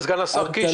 סגן השר קיש,